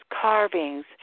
carvings